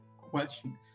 question